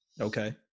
okay